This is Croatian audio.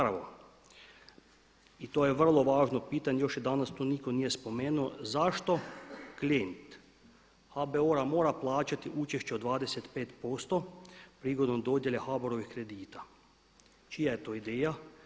Prvo, i to je vrlo važno pitanje još danas nitko nije spomenuo, zašto klijent HBOR-a mora plaćati učešće od 25% prigodom dojele HBOR-ovih kredita, čija je to ideja?